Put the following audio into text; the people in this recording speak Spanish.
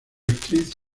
actriz